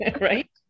right